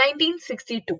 1962